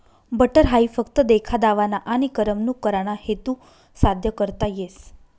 butter हाई फक्त देखा दावाना आनी करमणूक कराना हेतू साद्य करता येस